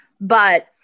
but-